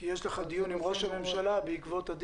קודם כל,